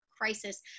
Crisis